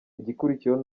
igikurikiyeho